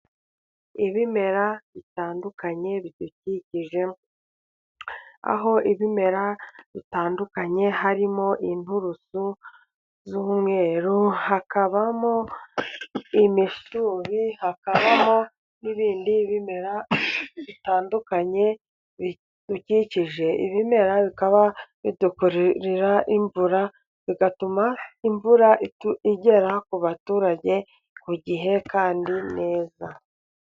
Ibimera bitandukanye bidukikije aho ibimera bitandukanye harimo inturusu z'umweru hakabamo imishubi, hakabaho n'ibindi bimera bitandukanye bidukikije, ibimera bikaba bitukururira imvura bigatuma imvura igera ku baturage ku gihe kandi neza.